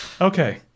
Okay